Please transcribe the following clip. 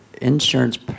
insurance